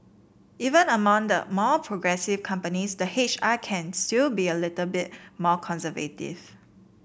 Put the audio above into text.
even among the more progressive companies the H R can still be a little bit more conservative